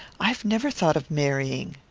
i've never thought of marrying.